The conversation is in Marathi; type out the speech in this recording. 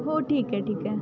हो ठीक आहे ठीक आहे